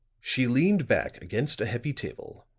she leaned back against a heavy table,